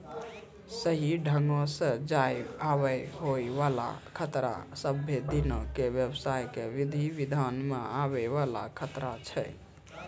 सही ढंगो से जाय आवै मे होय बाला खतरा सभ्भे दिनो के व्यवसाय के विधि विधान मे आवै वाला खतरा छै